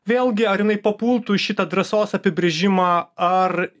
vėlgi ar jinai papultų į šitą drąsos apibrėžimą ar